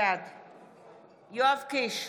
בעד יואב קיש,